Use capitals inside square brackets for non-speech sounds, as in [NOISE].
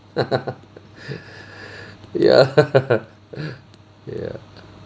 [LAUGHS] ya [LAUGHS] ya